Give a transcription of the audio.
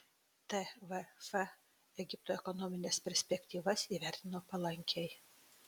tvf egipto ekonomines perspektyvas įvertino palankiai